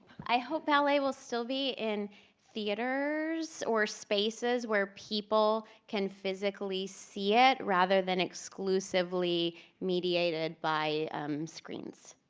i hope ballet will still be in theaters or spaces where people can physically see it rather than exclusively mediated by screens.